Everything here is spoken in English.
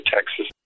Texas